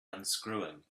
unscrewing